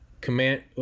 Command